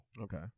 Okay